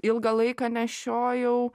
ilgą laiką nešiojau